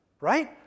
right